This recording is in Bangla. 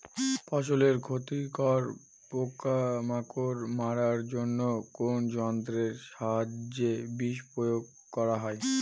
ফসলের ক্ষতিকর পোকামাকড় মারার জন্য কোন যন্ত্রের সাহায্যে বিষ প্রয়োগ করা হয়?